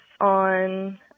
on